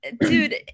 dude